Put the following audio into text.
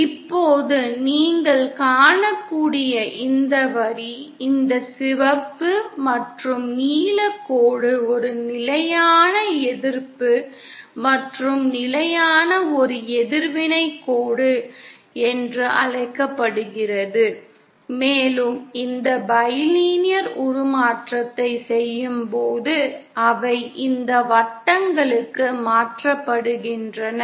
இப்போது நீங்கள் காணக்கூடிய இந்த வரி இந்த சிவப்பு மற்றும் நீல கோடு ஒரு நிலையான எதிர்ப்பு மற்றும் நிலையான ஒரு எதிர்வினை கோடு என்று அழைக்கப்படுகிறது மேலும் இந்த பைலினியர் உருமாற்றத்தை செய்யும்போது அவை இந்த வட்டங்களுக்கு மாற்றப்படுகின்றன